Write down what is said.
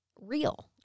real